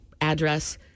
address